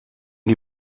die